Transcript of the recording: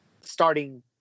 starting